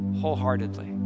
wholeheartedly